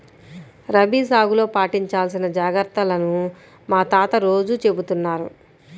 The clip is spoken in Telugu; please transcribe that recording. రబీ సాగులో పాటించాల్సిన జాగర్తలను మా తాత రోజూ చెబుతున్నారు